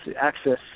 access